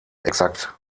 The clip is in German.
exakt